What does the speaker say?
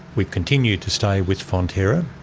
we've continued to stay with fonterra,